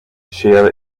shia